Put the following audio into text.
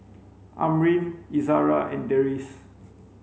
Amrin Izara and Deris